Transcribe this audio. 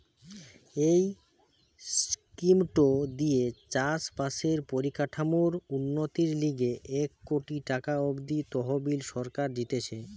এই স্কিমটো দিয়ে চাষ বাসের পরিকাঠামোর উন্নতির লিগে এক কোটি টাকা অব্দি তহবিল সরকার দিতেছে